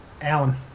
Alan